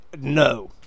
No